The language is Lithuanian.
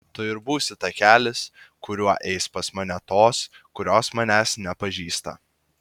tu ir būsi takelis kuriuo eis pas mane tos kurios manęs nepažįsta